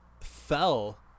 fell